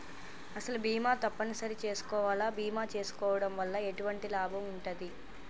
అసలు బీమా తప్పని సరి చేసుకోవాలా? బీమా చేసుకోవడం వల్ల ఎటువంటి లాభం ఉంటది?